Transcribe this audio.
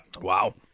Wow